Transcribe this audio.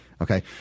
Okay